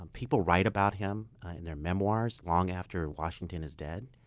um people write about him in their memoirs long after washington is dead,